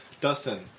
Dustin